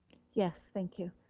yes, thank you.